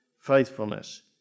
faithfulness